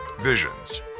Visions